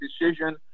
decision